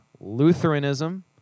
Lutheranism